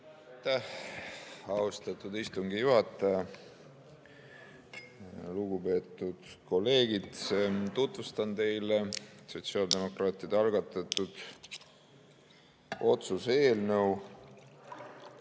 austatud istungi juhataja! Lugupeetud kolleegid! Tutvustan teile sotsiaaldemokraatide algatatud otsuse eelnõu,